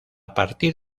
partir